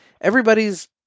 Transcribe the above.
everybody's